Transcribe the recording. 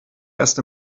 erst